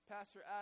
Pastor